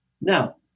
Now